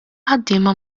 ħaddiema